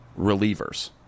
relievers